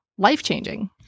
life-changing